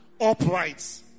upright